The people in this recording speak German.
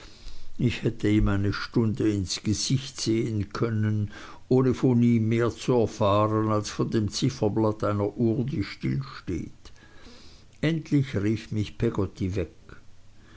ich hätte ihm eine stunde ins gesicht sehen können ohne von ihm mehr zu erfahren als von dem zifferblatt einer uhr die stillsteht endlich rief mich peggotty weg